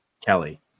Kelly